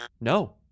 No